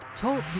Talk